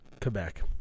Quebec